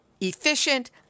efficient